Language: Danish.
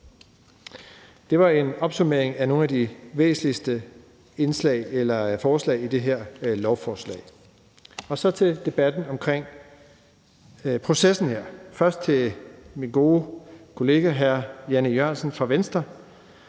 Det var en opsummering af nogle af de væsentligste forslag i det her lovforslag. Så vil jeg gå til debatten om processen her, og først til min gode kollega hr. Jan E. Jørgensen fra Venstre,